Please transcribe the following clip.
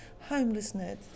Homelessness